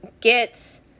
get